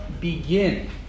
begin